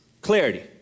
clarity